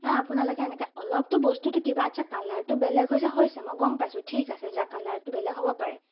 নাই আপোনালোকে এনেকৈ অলপতো বস্তুটো কিবা আচ্ছা কালাৰটো বেলেগ হৈছে হৈছে মই গম পাইছোঁ ঠিক আছে যা কালাৰটো বেলেগ হ'ব পাৰে